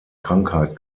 krankheit